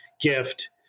gift